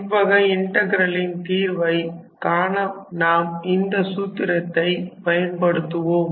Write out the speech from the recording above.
இவ்வகை இன்டகிரலின் தீர்வை காண நாம் இந்த சூத்திரத்தை பயன்படுத்துவோம்